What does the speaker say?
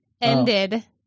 ended